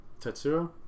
Tetsuo